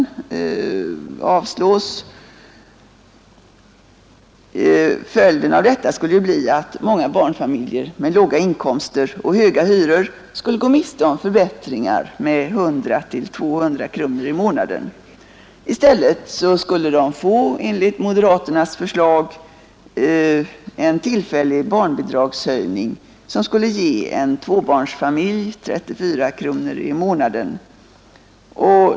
Följden skulle bli att många barnfamiljer med låga inkomster och höga hyror skulle gå miste om förbättringar med 100—200 kronor i månaden. I stället skulle de få, enligt moderaternas förslag, en tillfällig barnbidragshöjning som skulle ge tvåbarnsfamiljerna 34 kronor i månaden.